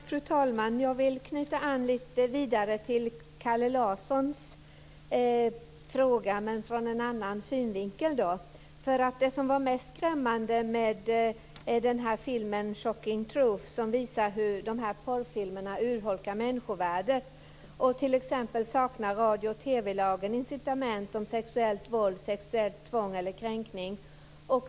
Fru talman! Jag vill knyta an till Kalle Larssons fråga, men från en annan synvinkel. Det var skrämmande med filmen Shocking truth, som visar hur porrfilmerna urholkar människovärdet. Radio och TV-lagen saknar t.ex. incitament om sexuellt våld, sexuellt tvång eller kränkning.